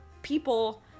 people